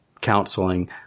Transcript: counseling